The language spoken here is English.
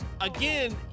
again